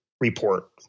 report